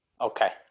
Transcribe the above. Okay